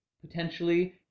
potentially